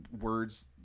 words